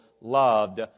loved